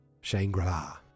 Shangri-La